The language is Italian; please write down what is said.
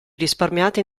risparmiati